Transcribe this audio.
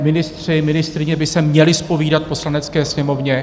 Ministři, ministryně by se měli zpovídat Poslanecké sněmovně.